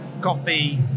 coffee